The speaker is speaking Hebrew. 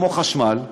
כמו חשמל,